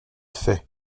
fait